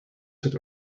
sit